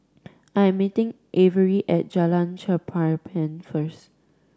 I am meeting Averi at Jalan Cherpen first